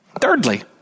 Thirdly